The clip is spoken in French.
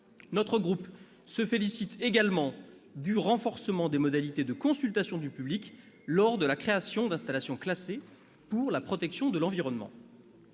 Mon groupe se félicite également du renforcement des modalités de consultation du public lors de la création d'installations classées pour la protection de l'environnement.